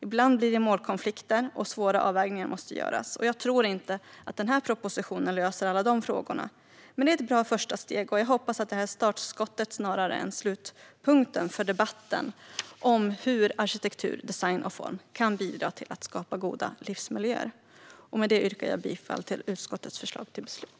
Ibland blir det målkonflikter, och svåra avvägningar måste göras. Jag tror inte att den här propositionen löser alla de frågorna, men det är ett bra första steg. Jag hoppas att detta snarare är startskottet än slutpunkten för debatten om hur arkitektur, design och form kan bidra till att skapa goda livsmiljöer. Med detta yrkar jag bifall till utskottets förslag till beslut.